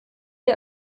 der